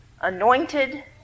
anointed